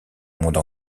monde